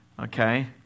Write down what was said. okay